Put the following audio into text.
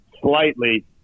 slightly